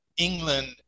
England